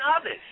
others